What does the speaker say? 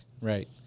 Right